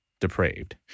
depraved